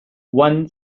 one